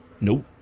Nope